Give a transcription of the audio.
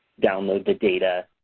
download the data.